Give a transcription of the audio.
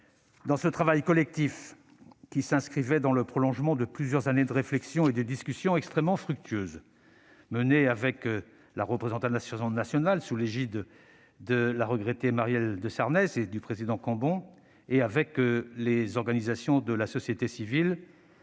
Dans ce travail collectif, qui s'inscrivait dans le prolongement de plusieurs années de réflexion et de discussions extrêmement fructueuses menées avec la représentation nationale, sous l'égide de la regrettée Marielle de Sarnez et du président Cambon, et les organisations de la société civile,